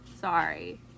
Sorry